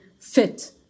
fit